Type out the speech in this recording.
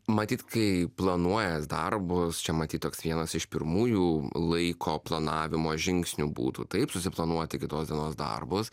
matyt kai planuojas darbus čia matyt toks vienas iš pirmųjų laiko planavimo žingsnių būtų taip susiplanuoti kitos dienos darbus